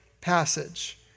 passage